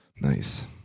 nice